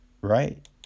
right